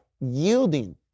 yielding